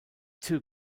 too